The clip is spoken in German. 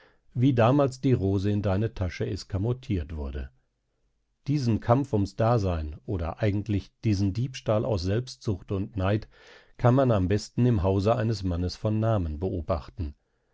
wie damals die rose in deine tasche eskamotiert wurde diesen kampf ums dasein oder eigentlich diesen diebstahl aus selbstsucht und neid kann man am besten im hause eines mannes von namen beobachten